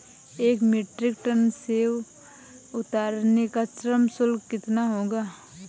एक metric tonne सेव उतारने का श्रम शुल्क कितना होगा?